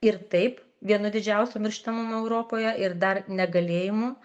ir taip vienu didžiausių mirštamumų europoje ir dar negalėjimu